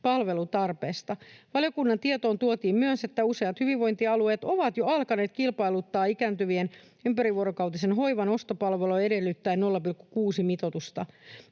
palvelutarpeesta. Valiokunnan tietoon tuotiin myös, että useat hyvinvointialueet ovat jo alkaneet kilpailuttaa ikääntyvien ympärivuorokautisen hoivan ostopalveluja edellyttäen 0,6:n mitoitusta.